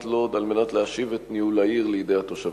לוד על מנת להשיב את ניהול העיר לידי התושבים?